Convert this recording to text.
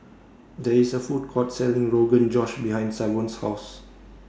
There IS A Food Court Selling Rogan Josh behind Savon's House